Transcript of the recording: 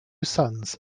sons